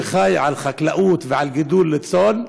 שחי על חקלאות ועל גידול צאן,